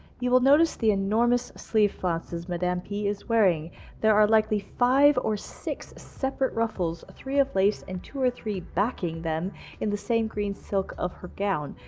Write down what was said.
you will notice the enormous sleeve flounces madame p is wearing there are likely five or six separate ruffles, three of lace, and two or three backing them of the same green silk of her gown.